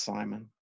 Simon